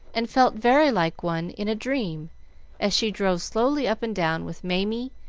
and felt very like one in a dream as she drove slowly up and down with mamie,